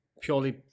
purely